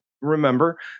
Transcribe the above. remember